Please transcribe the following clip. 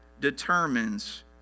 determines